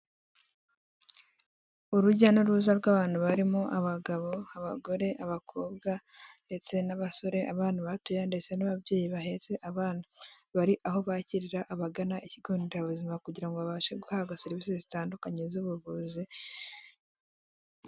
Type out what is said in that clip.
Urujya n'uruza rw'abantu barimo abagabo, abagore abakobwa ndetse n'abasore abana batoya ndetse n'ababyeyi bahetse abana bari aho bakirira abagana ikigo nderabuzima kugira ngo babashe guhabwa serivisi zitandukanye z'ubuvuzi.